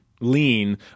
lean